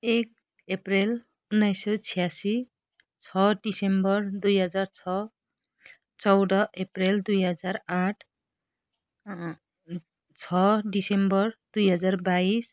एक अप्रेल उन्नाइस सौ छ्यासी छः दिसम्बर दुई हजार छः चौध अप्रेल दुई हजार आठ छः दिसम्बर दुई हजार बाइस